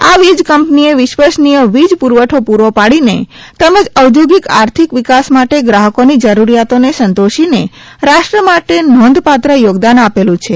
આ વીજ કંપનીએ વિશ્વસનીય વીજ પુરવઠો પૂરો પાડીને તેમજ ઔદ્યોગિક આર્થિક વિકાસ માટે ગ્રાહકોની જરૂરરિયાતોને સંતોષીને રાષ્ટ્ર માટે નોંધપાત્ર યોગદાન આપેલ છે